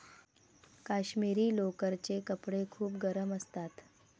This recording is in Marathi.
काश्मिरी लोकरचे कपडे खूप गरम असतात